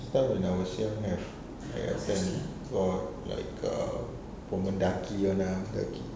last time when I was young have I attend got like err for Mendaki